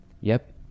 Yep